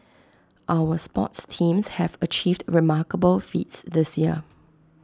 our sports teams have achieved remarkable feats this year